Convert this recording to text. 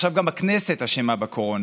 עכשיו גם הכנסת אשמה בקורונה: